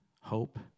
hope